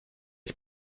ich